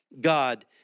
God